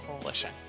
Coalition